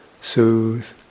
soothe